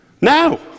Now